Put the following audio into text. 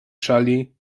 szali